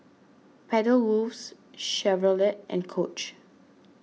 Pedal Works Chevrolet and Coach